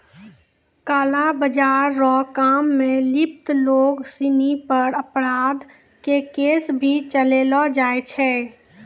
काला बाजार रो काम मे लिप्त लोग सिनी पर अपराध के केस भी चलैलो जाय छै